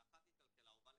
אחת התקלקלה והיא בא לתקן.